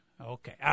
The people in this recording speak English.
Okay